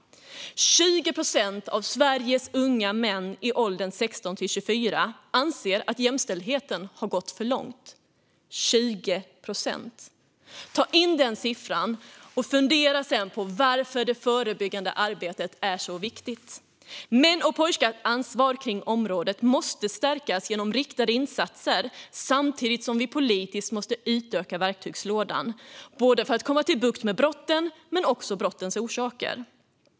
Bland Sveriges unga män i åldern 16-24 anser 20 procent att jämställdheten har gått för långt - 20 procent! Ta in den siffran och fundera sedan på varför det förebyggande arbetet är så viktigt. Mäns och pojkars ansvar på området måste stärkas genom riktade insatser samtidigt som vi politiskt måste utöka verktygslådan för att få bukt med både brotten och brottens orsaker.